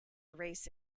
race